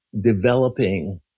developing